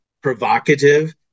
provocative